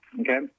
Okay